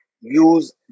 use